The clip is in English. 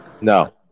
No